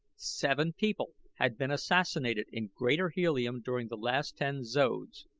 seven people had been assassinated in greater helium during the last ten zodes,